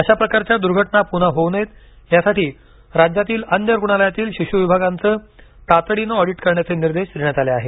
अशाप्रकारच्या दुर्घटना पुन्हा होऊ नयेत यासाठी राज्यातील अन्य रुग्णालयातील शिशू विभागांचे तातडीनं ऑडीट करण्याचे निर्देश देण्यात आले आहेत